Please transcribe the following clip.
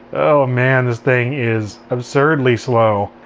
oh man, this thing is absurdly slow.